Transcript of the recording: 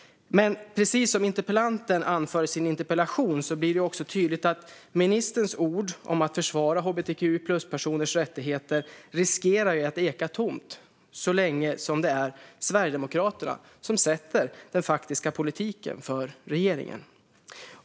Men precis som interpellanten anför i sin interpellation blir det också tydligt att ministerns ord om att försvara hbtq-plus-personers rättigheter riskerar att eka tomt så länge som det är Sverigedemokraterna som sätter den faktiska politiken för regeringen.